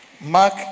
Mark